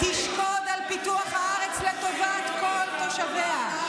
תשקוד על פיתוח הארץ לטובת כל תושביה.